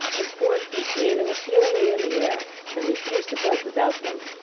his four feet waving appealingly in the air, and refused to budge without them.